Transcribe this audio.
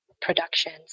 productions